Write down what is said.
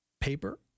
Paper